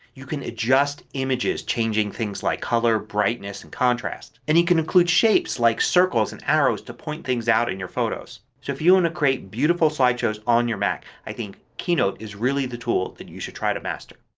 you can adjust images changing things like color, brightness, and contrast. and you can include shapes like circles and arrows to point things out in your photos. if you want to create beautiful slideshows on your mac, i think keynote is really the tool that you should try to master.